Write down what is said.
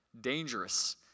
Dangerous